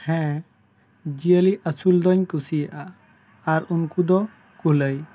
ᱦᱮᱸ ᱡᱤᱭᱟᱹᱞᱤ ᱟᱹᱥᱩᱞ ᱫᱚ ᱧ ᱠᱩᱥᱤᱭᱟᱜᱼᱟ ᱟᱨ ᱩᱱᱠᱩ ᱫᱚ ᱠᱩᱞᱟᱹᱭ